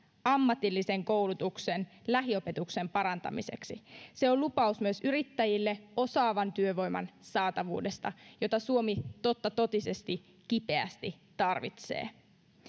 ammatillisen koulutuksen lähiopetuksen parantamiseksi se on lupaus myös yrittäjille osaavan työvoiman saatavuudesta jota suomi totta totisesti kipeästi tarvitsee